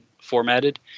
formatted